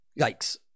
Yikes